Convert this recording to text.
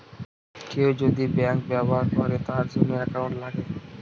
কেউ যদি ব্যাঙ্ক ব্যবহার করে তার জন্য একাউন্ট লাগে